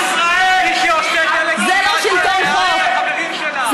ישראל, ביבי עושה דה-לגיטימציה, חברים שלך.